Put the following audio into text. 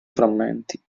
frammenti